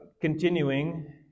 Continuing